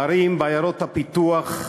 בערים, בעיירות הפיתוח,